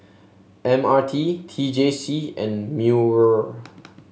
M R T T J C and MEWR